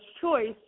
choice